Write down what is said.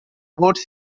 vote